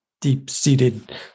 deep-seated